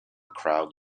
crowd